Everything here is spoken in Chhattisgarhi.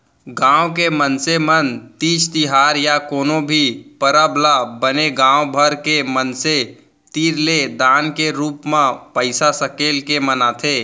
गाँव के मनसे मन तीज तिहार या कोनो भी परब ल बने गाँव भर के मनसे तीर ले दान के रूप म पइसा सकेल के मनाथे